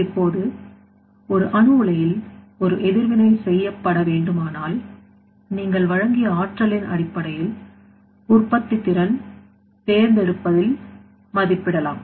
இப்போது ஒரு அணு உலையில் ஒரு எதிர்வினை செய்யப்பட வேண்டுமானால் நீங்கள் வழங்கிய ஆற்றலின் அடிப்படையில் உற்பத்தி திறன் தேர்ந்தெடுப்பதில் மதிப்பிடலாம்